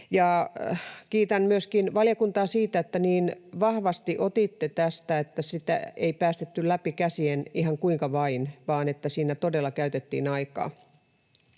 Kiitän myöskin valiokuntaa siitä, että niin vahvasti otitte tästä kiinni, että sitä ei päästetty läpi käsien ihan kuinka vain, vaan että siinä todella käytettiin aikaa.